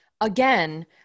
again